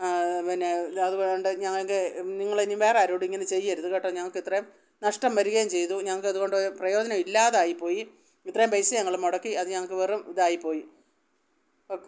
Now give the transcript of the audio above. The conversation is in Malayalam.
ആ പിന്നെ അത് വേണ്ട ഞങ്ങള്ക്ക് നിങ്ങളിനി വേറാരോടും ഇങ്ങനെ ചെയ്യരുത് കേട്ടോ ഞങ്ങള്ക്കിത്രയും നഷ്ടം വരികയും ചെയ്തു ഞങ്ങള്ക്കതുകൊണ്ട് പ്രയോജനം ഇല്ലാതായിപ്പോയി ഇത്രയും പൈസ ഞങ്ങള് മുടക്കി അത് ഞങ്ങള്ക്ക് വെറും ഇതായിപ്പോയി ഓക്കെ